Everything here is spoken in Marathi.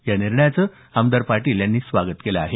या निर्णयाचं आमदार पाटील यांनी स्वागत केलं आहे